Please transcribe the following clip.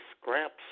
scraps